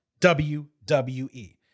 WWE